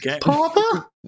Papa